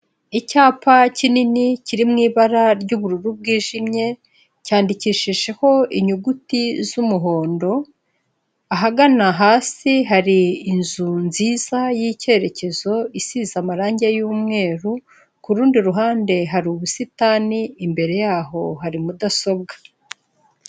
Icyapa kinini kiri mu ibara ry'ubururu bwijimye, cyandikishijeho inyuguti z'umuhondo, ahagana hasi hari inzu nziza y'icyerekezo isize amarange y'umweru, ku rundi ruhande hari ubusitani, imbere yaho hari mudasobwa.